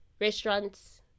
restaurants